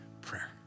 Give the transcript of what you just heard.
prayer